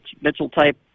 Mitchell-type